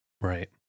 Right